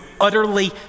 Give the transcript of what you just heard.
utterly